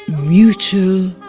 mutual,